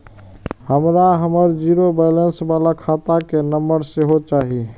हमरा हमर zero balance बाला खाता के नम्बर सेहो चाही